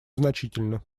значительны